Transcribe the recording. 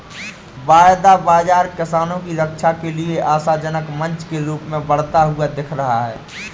वायदा बाजार किसानों की रक्षा के लिए आशाजनक मंच के रूप में बढ़ता हुआ दिख रहा है